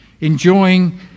enjoying